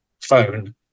phone